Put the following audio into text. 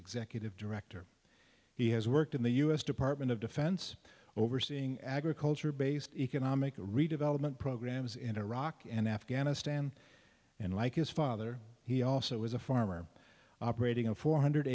executive director he has worked in the u s department of defense overseeing agriculture based economic redevelopment programs in iraq and afghanistan and like his father he also is a farmer operating a four hundred